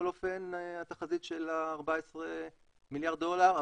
התחזית של ה-14 מיליארד דולר,